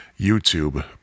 YouTube